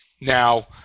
Now